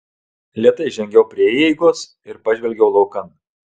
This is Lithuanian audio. lėtai žengiau prie įeigos ir pažvelgiau laukan